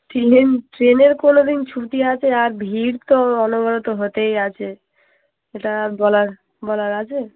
train ট্রেনের কোনো দিন ছুটি আছে আর ভিড় তো অনবরত হতেই আছে সেটা বলার বলার আছে